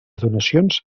donacions